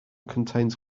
contains